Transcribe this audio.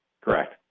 Correct